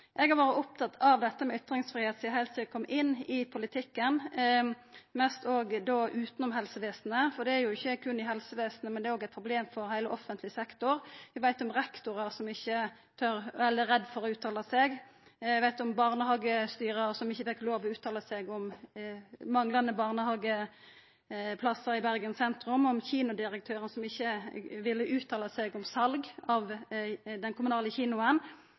Eg har vore opptatt av dette med ytringsfridom heilt sidan eg kom inn i politikken, og mest utanfor helsevesenet, for det er ikkje berre eit problem i helsesektoren, det er òg eit problem i heile offentleg sektor. Eg veit om rektorar som er redde for å uttala seg, om barnehagestyrarar som ikkje fekk lov til å uttala seg om manglande barnehageplassar i Bergen sentrum, om kinodirektøren som ikkje ville uttala seg om sal av den kommunale kinoen,